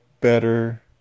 better